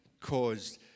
caused